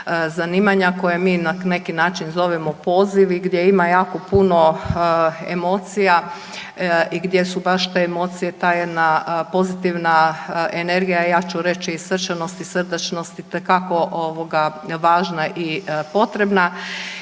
zanimanja koje mi na neki način zovemo pozivi gdje ima jako puno emocija i gdje su baš te emocije ta jedna pozitivna energija. Ja ću reći i srčanost i srdačnost itekako ovoga važna i potrebna.